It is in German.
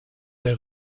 der